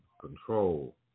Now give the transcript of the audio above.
control